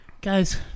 guys